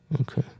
Okay